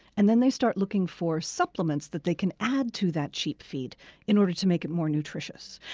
and then they start looking for supplements that they can add to that cheap feed in order to make it more nutritious.